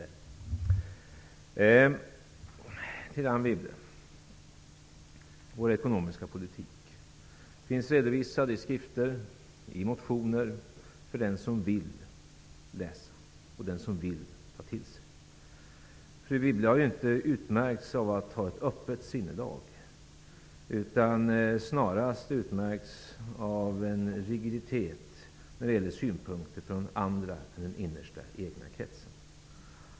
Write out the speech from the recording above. Till Anne Wibble vill jag säga att vår ekonomiska politik finns redovisad i skrifter och i motioner för den som vill läsa och ta till sig den. Fru Wibble har inte utmärkts av ett öppet sinnelag, utan snarast av en rigiditet när det gäller synpunkter från andra än den innersta egna kretsen.